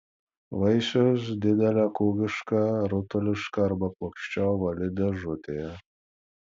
vaisius didelė kūgiška rutuliška arba plokščia ovali dėžutė